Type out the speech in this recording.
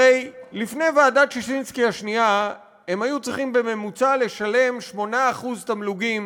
הרי לפני ועדת ששינסקי השנייה הם היו צריכים לשלם בממוצע 8% תמלוגים